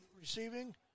receiving